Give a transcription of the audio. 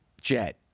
jet